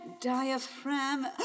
Diaphragm